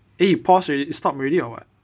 eh you pause already stop already or what